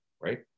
Right